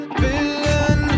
villain